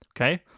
Okay